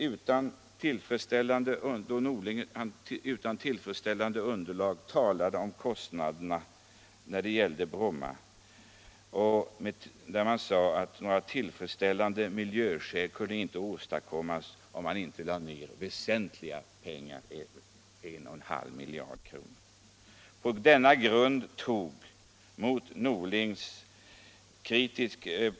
Utan något tillfredsställande underlag förklarade herr Norling då att miljöskydd inte kunde åstadkommas om inte ett väsentligt belopp, 1,5 miljarder kronor, anslogs för ändamålet.